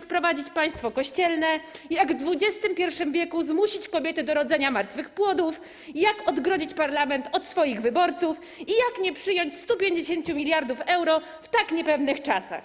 wprowadzić państwo kościelne, jak w XXI w. zmusić kobiety do rodzenia martwych płodów, jak odgrodzić parlament od swoich wyborców i jak nie przyjąć 150 mld euro w tak niepewnych czasach.